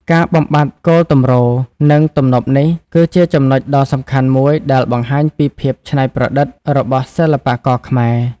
ការបំបាត់គោលទម្រ និងទំនប់នេះគឺជាចំណុចដ៏សំខាន់មួយដែលបង្ហាញពី ភាពច្នៃប្រឌិត របស់សិល្បករខ្មែរ។